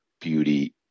beauty